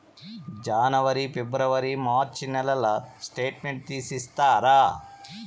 జనవరి, ఫిబ్రవరి, మార్చ్ నెలల స్టేట్మెంట్ తీసి ఇస్తారా?